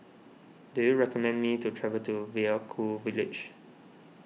do you recommend me to travel to Vaiaku Village